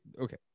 okay